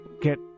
get